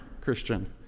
christian